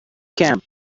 camp